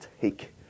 take